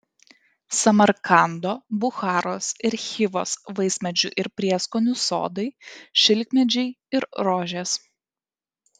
samarkando bucharos ir chivos vaismedžių ir prieskonių sodai šilkmedžiai ir rožės